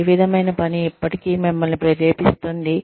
ఏ విధమైన పని ఇప్పటికీ మిమ్మల్ని ప్రేరేపిస్తుంది